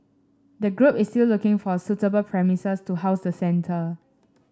the group is still looking for suitable premises to house the centre